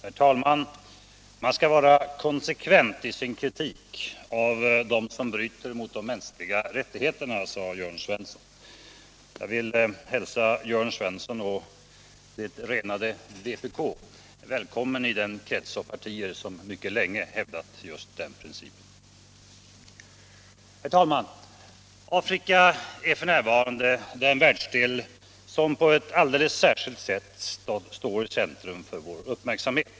Herr talman! Man skall vara konsekvent i sin kritik av dem som bryter mot de mänskliga rättigheterna, sade Jörn Svensson. Jag vill hälsa Jörn Svensson och det renade vpk välkomna i den krets av partier som mycket länge hävdat just den principen. Herr talman! Afrika är f. n. den världsdel som på ett alldeles särskilt sätt står i centrum för vår uppmärksamhet.